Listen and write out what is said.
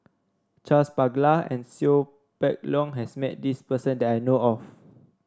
Charles Paglar and Seow Peck Leng has met this person that I know of